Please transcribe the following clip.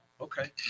Okay